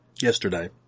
yesterday